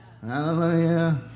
Hallelujah